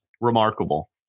remarkable